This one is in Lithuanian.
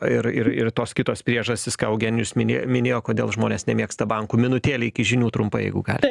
ir ir ir tos kitos priežastys ką eugenijus minė minėjo kodėl žmonės nemėgsta bankų minutėlė iki žinių trumpai jeigu gali